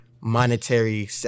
monetary